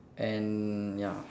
and ya